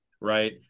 right